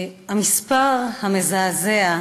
המספר המזעזע,